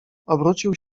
obrócił